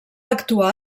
actuar